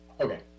Okay